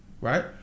right